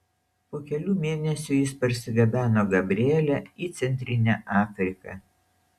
po kelių mėnesių jis parsigabeno gabrielę į centrinę afriką